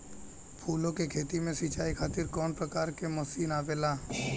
फूलो के खेती में सीचाई खातीर कवन प्रकार के मशीन आवेला?